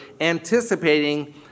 anticipating